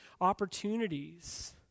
opportunities